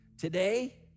today